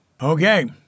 Okay